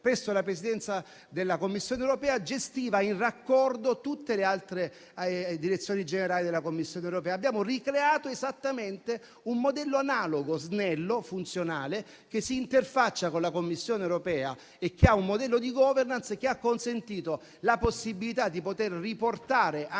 presso la Presidenza della Commissione europea gestiva in raccordo tutte le altre direzioni generali della Commissione europea. Noi abbiamo ricreato esattamente un modello analogo, snello e funzionale, che si interfaccia con la Commissione europea e la cui *governance* ha consentito di riportare in